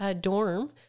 dorm